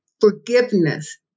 forgiveness